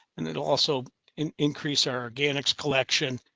and it'll also and increase our organics collection,